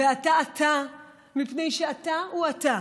ואתה אתה מפני שאתה אתה.